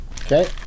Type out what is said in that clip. Okay